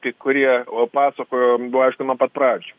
kai kurie o pasakojo buvo aišku nuo pat pradžių